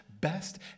best